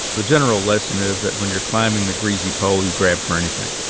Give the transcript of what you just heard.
the general lesson is that when you're climbing the greasy pole, you grab for anything.